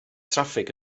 traffig